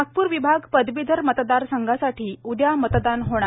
नागपूर विभाग पदवीधर मतदारसंघासाठी उद्या मतदान होणार